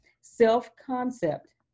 Self-concept